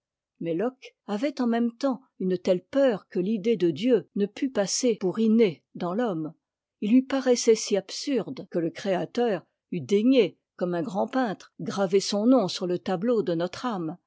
mais locke avait en même temps une telle peur que l'idée de dieu ne pût passer pour innée dans l'homme il lui paraissait si absurde que le créateur eût daigné comme un grand peintre graver son nom sur le tableau de notre âme